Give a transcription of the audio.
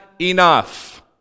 enough